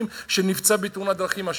אחרים,